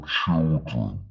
children